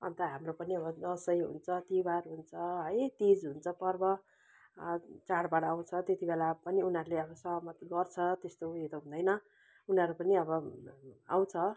अन्त हाम्रो पनि अब दसैँ हुन्छ तिहार हुन्छ है तिज हुन्छ पर्व चाडबाड आउँछ त्यति बेला पनि उनीहरूले अब सहमती गर्छ त्यस्तो उयो त हुँदैन उनीहरू पनि अब आउँछ